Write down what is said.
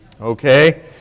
Okay